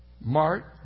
Mark